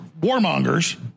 warmongers